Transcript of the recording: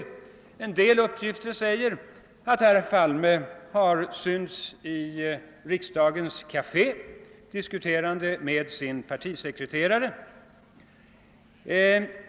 Somliga uppgifter säger att herr Palme har iakttagits i riksdagens kafé diskuterande med sin partisekreterare.